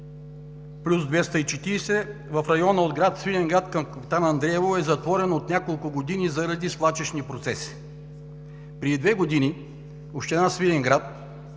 372+240 в района от Свиленград към Капитан Андреево е затворен от няколко години заради свлачищни процеси. Преди две години община Свиленград